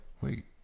wait